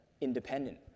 independent